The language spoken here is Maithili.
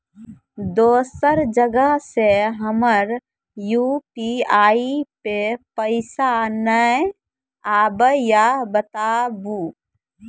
दोसर जगह से हमर यु.पी.आई पे पैसा नैय आबे या बताबू?